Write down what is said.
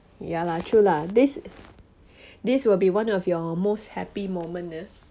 ya lah true lah this this will be one of your most happy moment ah